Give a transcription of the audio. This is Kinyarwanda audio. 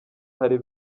hari